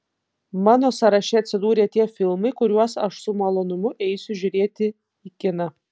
mano sąraše atsidūrė tie filmai kuriuos aš su malonumu eisiu žiūrėti į kiną